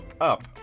up